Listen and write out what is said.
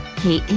hey, amy?